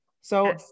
So-